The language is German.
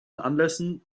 anlässen